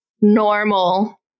normal